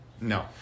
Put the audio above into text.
No